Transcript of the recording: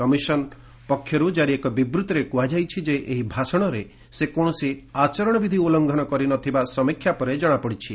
commission ପକ୍ଷରୁ ଜାରି ଏକ ବିବୃତ୍ତିରେ କୁହାଯାଇଛି ଯେ ଏହି ଭାଷଣରେ ସେ କୌଣସି ଆଚରଣବିଧି ଉଲ୍ଲୁଂଘନ କରି ନ ଥିବା ସମୀକ୍ଷା ପରେ ଜଣାପଡିଛି